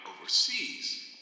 overseas